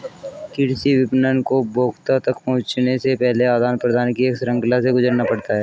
कृषि विपणन को उपभोक्ता तक पहुँचने से पहले आदान प्रदान की एक श्रृंखला से गुजरना पड़ता है